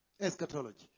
Eschatology